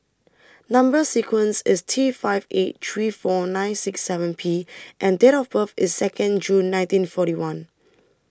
Number sequence IS T five eight three four nine six seven P and Date of birth IS Second June nineteen forty one